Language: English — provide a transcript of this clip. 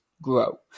grow